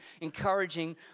encouraging